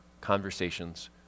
conversations